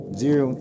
zero